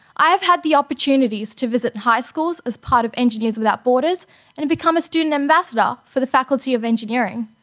i have had the opportunities to visit high schools as part of engineers without borders and become a student ambassador for the faculty of engineering.